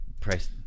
price